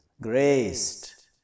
graced